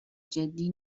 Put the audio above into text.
جدی